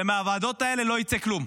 ומהוועדות האלה לא יצא כלום.